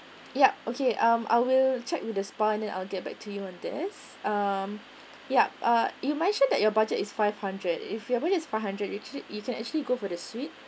yup okay um I will check with the spa and then I'll get back to you on this um yup uh you mentioned that your budget is five hundred if you are going to use five hundred usually you can actually go for the suite